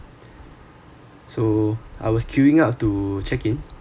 so I was queuing up to check in